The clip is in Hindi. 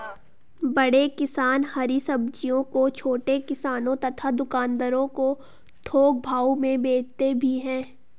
बड़े किसान हरी सब्जियों को छोटे किसानों तथा दुकानदारों को थोक भाव में भेजते भी हैं